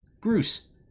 Bruce